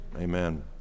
Amen